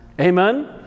Amen